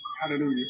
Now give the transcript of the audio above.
Hallelujah